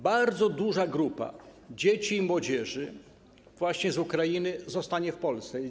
Bardzo duża grupa dzieci i młodzieży właśnie z Ukrainy zostanie w Polsce.